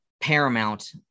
paramount